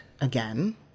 again